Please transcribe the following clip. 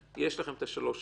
יש לכם את שלוש השנים.